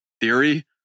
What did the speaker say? theory